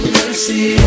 mercy